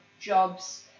jobs